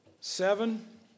seven